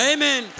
Amen